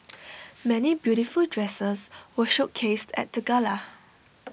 many beautiful dresses were showcased at the gala